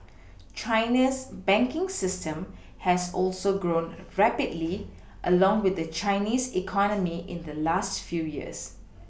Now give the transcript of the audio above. China's banking system has also grown rapidly along with the Chinese economy in the last few years